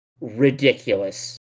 ridiculous